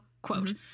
Quote